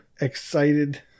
excited